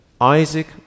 Isaac